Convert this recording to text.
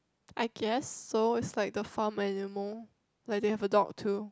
I guess so is like the farm animal like they have the dog too